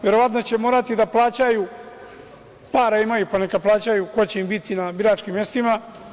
Verovatno će morati da plaćaju, para imaju, pa neka plaćaju ko će im biti na biračkim mestima.